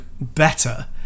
better